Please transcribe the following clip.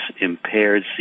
impaired